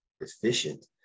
efficient